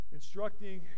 instructing